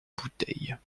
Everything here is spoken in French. bouteille